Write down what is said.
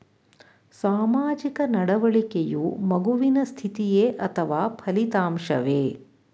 ಸಾಮಾಜಿಕ ನಡವಳಿಕೆಯು ಮಗುವಿನ ಸ್ಥಿತಿಯೇ ಅಥವಾ ಫಲಿತಾಂಶವೇ?